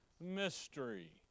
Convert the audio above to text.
mystery